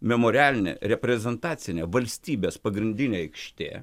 memorialinė reprezentacinė valstybės pagrindinė aikštė